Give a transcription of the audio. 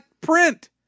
print